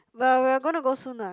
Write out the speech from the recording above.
but we're gonna go soon lah